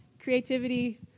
creativity